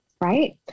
Right